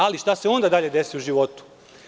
Ali, šta se onda dalje desi u životu?